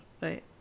right